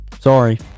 Sorry